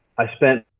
i spent